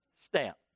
Stamp